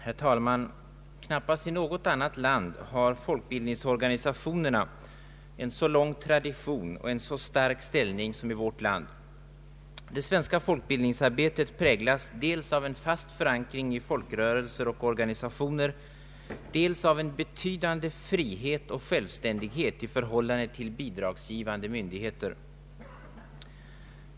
Herr talman! Knappast i något annat land har folkbildningsorganisationerna en så gammal tradition och en så stark ställning som i vårt land. Det svenska folkbildningsarbetet präglas dels av en fast förankring i folkrörelser och organisationer, dels av en betydande frihet och självständighet i förhållande till bidragsgivande myndigheter.